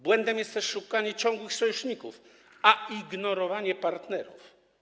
Błędem jest też szukanie ciągłych sojuszników i ignorowanie partnerów.